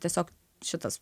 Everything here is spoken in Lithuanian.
tiesiog šitas